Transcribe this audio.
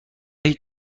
هیچ